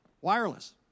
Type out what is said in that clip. wireless